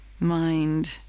mind